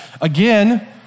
Again